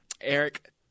Eric